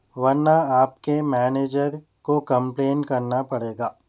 ورنہ آپ کے مینیجر کو کمپلین کرنا پڑے گا